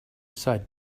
side